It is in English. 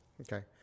Okay